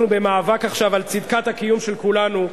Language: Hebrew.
אנחנו עכשיו במאבק על צדקת הקיום של כולנו,